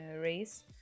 race